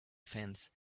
fence